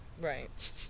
Right